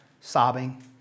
sobbing